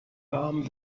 warm